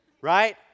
Right